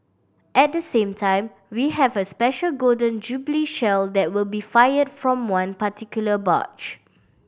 at the same time we have a special Golden Jubilee Shell that will be fired from one particular barge